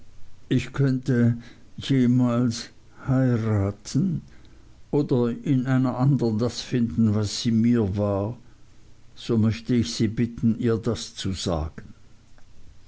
ich könnte jemals heiraten oder in einer andern das finden was sie mir war so möchte ich sie bitten ihr das zu sagen